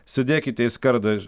sudėkite į skardą